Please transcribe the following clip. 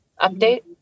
update